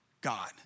God